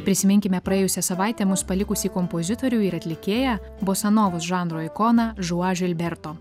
prisiminkime praėjusią savaitę mus palikusį kompozitorių ir atlikėją bosanovos žanro ikoną žua žiulberto